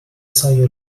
سایه